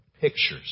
pictures